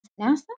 NASA